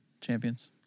champions